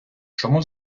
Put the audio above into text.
чому